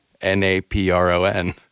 N-A-P-R-O-N